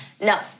No